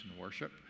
worship